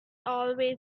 always